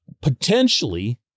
potentially